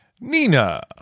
Nina